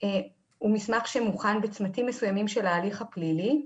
הוא מסמך שמוכן בצמתים מסוימים של ההליך הפלילי,